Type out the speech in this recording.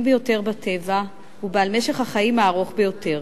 ביותר בטבע ובעל משך החיים הארוך ביותר.